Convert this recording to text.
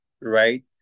right